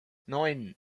neun